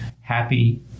happy